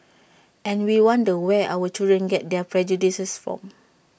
and we wonder where our children get their prejudices from